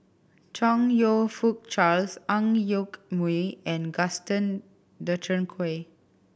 Chong You Fook Charles Ang Yoke Mooi and Gaston Dutronquoy